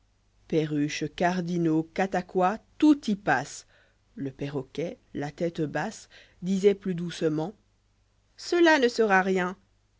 perruches cardinaux catakois tout y pasje le perroquet la tête basse livre iii g disoit plus doucement cela ne sera rien